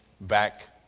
back